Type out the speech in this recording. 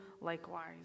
likewise